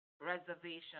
reservation